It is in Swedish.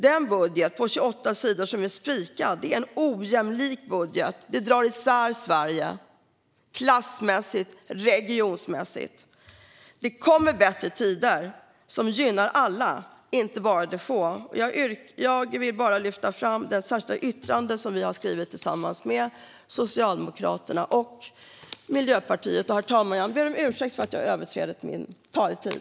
Den budget på 28 sidor som är spikad är en ojämlik budget som drar isär Sverige klassmässigt och regionsmässigt. Men det kommer bättre tider som gynnar alla, inte bara de få. Jag vill lyfta fram det särskilda yttrande som vi har skrivit tillsammans med Socialdemokraterna och Miljöpartiet. Herr talman! Jag ber om ursäkt för att jag överskridit min talartid.